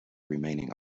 remaining